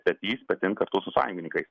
petys petin kartu su sąjungininkais